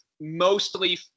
mostly